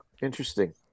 interesting